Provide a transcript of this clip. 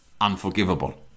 unforgivable